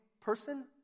person